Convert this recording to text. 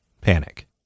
panic